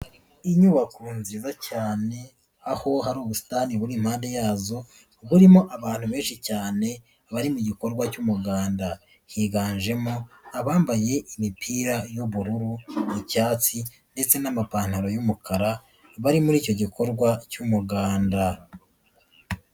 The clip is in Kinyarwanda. Inyubako nziza cyane aho hari ubusitani buripande yazo buririmo abantu benshi cyane bari mu gikorwa cy'umuganda, higanjemo abambaye imipira y'ubururu, icyatsi ndetse n'amapantaro y'umukara bari muri icyo gikorwa cy'umuganda.